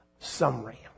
Summary